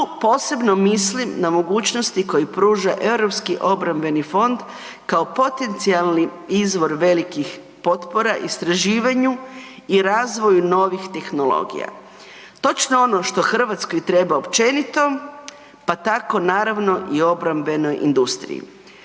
posebno mislim na mogućnosti koje pruža Europski obrambeni fond kao potencijalni izvor velikih potpora istraživanju i razvoju novih tehnologija. Točno ono što Hrvatskoj treba općenito, pa tako naravno i obrambenoj industriji.